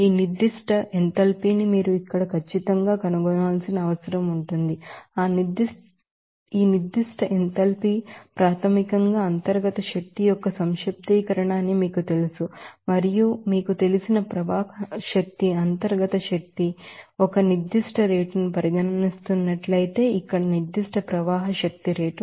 ఈ నిర్దిష్ట ఎంథాల్పీ ని మీరు ఇక్కడ ఖచ్చితంగా కనుగొనాల్సిన అవసరం ఉంది ఈ నిర్దిష్ట ఎంథాల్పీ ప్రాథమికంగా సమ్మషన్ అఫ్ ఇంటర్నల్ ఎనర్జీ అని మీకు తెలుసు మరియు మీకు తెలుసు ఫ్లో ఎనర్జీ ఇంటర్నల్ ఎనర్జీ మీరు ఒక నిర్దిష్ట రేటును పరిగణిస్తున్నట్లయితే ఇక్కడ స్పెసిఫిక్ ఫ్లో ఎనర్జీ రేటు